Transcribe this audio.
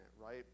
Right